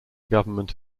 government